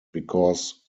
because